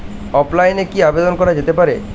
অফলাইনে কি আবেদন করা যেতে পারে?